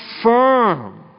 firm